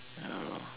ya lor